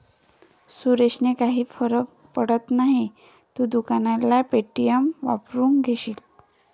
सुरेशने काही फरक पडत नाही, तू दुकानात पे.टी.एम वापरून घेशील